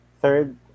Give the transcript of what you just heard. Third